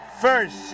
first